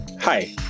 Hi